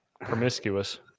promiscuous